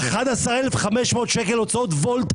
11,500 הוצאות וולט.